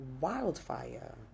wildfire